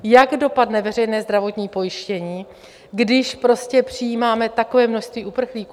Jak dopadne veřejné zdravotní pojištění, když přijímáme takové množství uprchlíků?